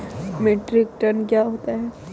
Metric ton क्या होता है?